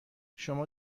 شما